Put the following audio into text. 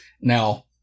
now